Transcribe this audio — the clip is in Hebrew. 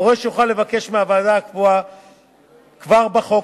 פורש יוכל לבקש מהוועדה הקבועה כבר בחוק,